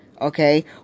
Okay